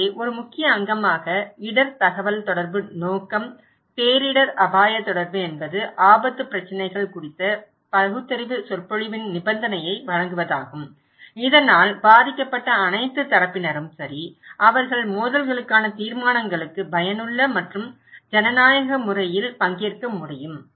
எனவே ஒரு முக்கிய அங்கமாக இடர் தகவல்தொடர்பு நோக்கம் பேரிடர் அபாய தொடர்பு என்பது ஆபத்து பிரச்சினைகள் குறித்த பகுத்தறிவு சொற்பொழிவின் நிபந்தனையை வழங்குவதாகும் இதனால் பாதிக்கப்பட்ட அனைத்து தரப்பினரும் சரி அவர்கள் மோதல்களுக்கான தீர்மானங்களுக்கு பயனுள்ள மற்றும் ஜனநாயக முறையில் பங்கேற்க முடியும்